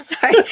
Sorry